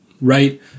right